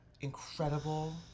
incredible